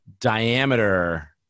diameter –